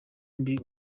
mbi